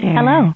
Hello